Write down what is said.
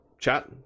Chat